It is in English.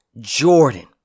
Jordan